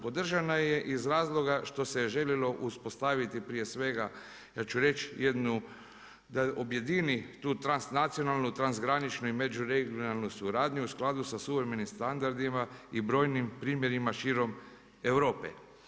Podržana je iz razloga što se je željelo uspostaviti prije svega ja ću reći jednu, da objedini tu transnacionalnu, trans graničnu i međuregionalnu suradnju u skladu sa suverenim standardima i brojnim primjerima širom Europe.